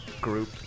group